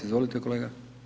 Izvolite kolega.